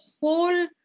whole